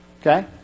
Okay